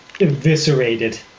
eviscerated